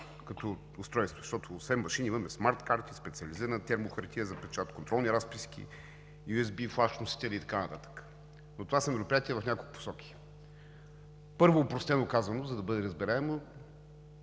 като устройство, защото освен машини имаме смарт карти, специализирана термо хартия за печат, контролни разписки, USB флаш-носители и така нататък, но това са мероприятия в няколко посоки. Първо, опростено казано, за да бъде разбираемо,